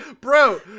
bro